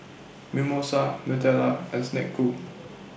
Mimosa Nutella and Snek Ku